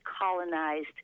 colonized